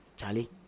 Charlie